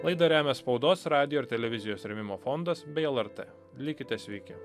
laidą remia spaudos radijo ir televizijos rėmimo fondas bei lrt likite sveiki